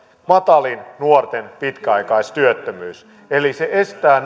matalin nuorten pitkäaikaistyöttömyys eli se estää